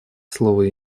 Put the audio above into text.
слово